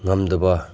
ꯉꯝꯗꯕ